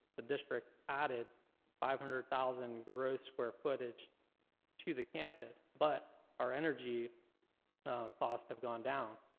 the district added five hundred thousand gross square footage to the campus. but, our energy costs have gone down,